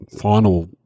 final